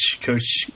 coach